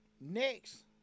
next